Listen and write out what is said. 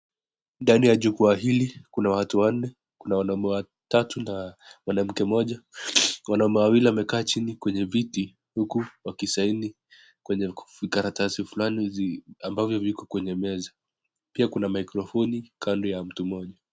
Ndani ya jukwaa hili, kuna watu wanne, kuna wanaume watatu na mwanamke mmoja. Wanaume wawili wamekaa chini kwenye viti huku wakisaini kwenye vikaratasi fulani ambavyo viko kwenye meza, pia kuna maikrofoni kando ya mtu mmoja.